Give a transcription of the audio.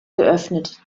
geöffnet